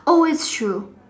oh it's true